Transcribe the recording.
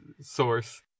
source